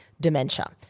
dementia